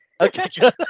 Okay